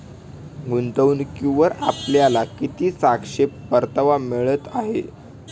गुंतवणूकीवर आपल्याला किती सापेक्ष परतावा मिळत आहे?